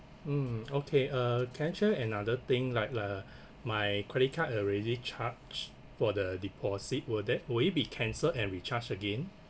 mm okay uh can I check another thing like uh my credit card already charged for the deposit will that will it be cancelled and recharged again